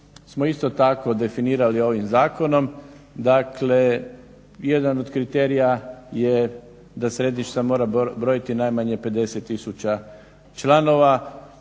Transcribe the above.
smo isto tako definirali ovim zakonom. Dakle, jedan od kriterija da središnjica mora brojiti najmanje 50 tisuća članova.